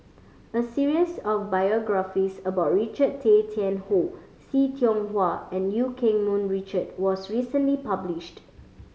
a series of biographies about Richard Tay Tian Hoe See Tiong Wah and Eu Keng Mun Richard was recently published